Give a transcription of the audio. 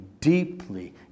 deeply